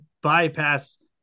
bypass